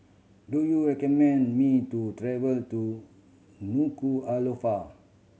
do you recommend me to travel to Nuku'alofa